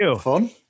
fun